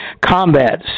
combat